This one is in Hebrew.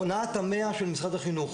הונאת המאה של משרד החינוך